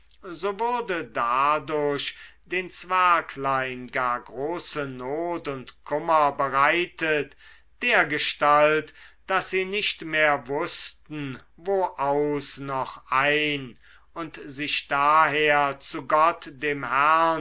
so wurde dadurch den zwerglein gar große not und kummer bereitet dergestalt daß sie nicht mehr wußten wo aus noch ein und sich daher zu gott dem herrn